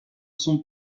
son